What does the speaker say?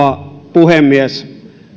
puhemies